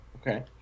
Okay